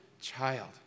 child